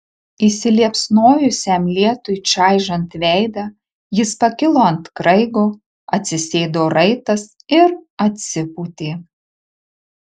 įsiliepsnojusiam lietui čaižant veidą jis pakilo ant kraigo atsisėdo raitas ir atsipūtė